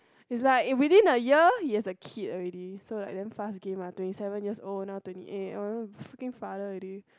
is like within a year he has a kid already so like damn fast game lah twenty seven years old now twenty eight oh freaking father already